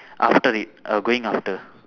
after it err going after